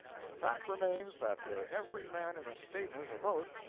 but the fact remains that where every man in a state has a vote,